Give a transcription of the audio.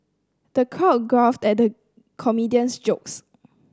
the crowd guffawed at the comedian's jokes